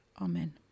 Amen